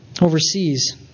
overseas